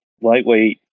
lightweight